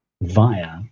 via